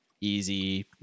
easy